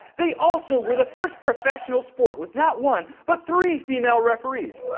they also were the first professional sport with not one, but three female referees.